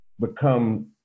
become